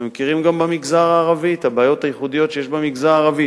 אתם מכירים גם את הבעיות הייחודיות שיש במגזר הערבי.